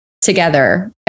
together